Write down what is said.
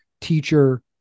teacher